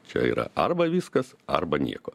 čia yra arba viskas arba nieko